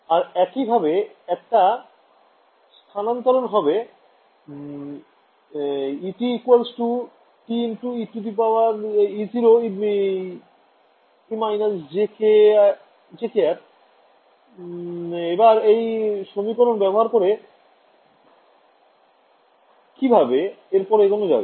আর একইভাবে একটা স্থানান্তরণ হবে Et T E0e−jkt→r এবার এই সমীকরণ ব্যবহার করে কি ভাবে এরপর এগোনো যাবে